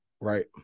Right